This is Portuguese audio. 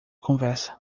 conversa